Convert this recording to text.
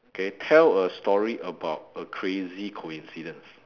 okay tell a story about a crazy coincidence